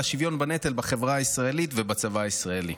השוויון בנטל בחברה הישראלית ובצבא הישראלי.